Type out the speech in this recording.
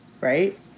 right